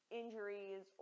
injuries